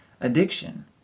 addiction